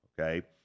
okay